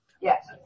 Yes